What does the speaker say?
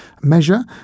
measure